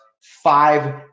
five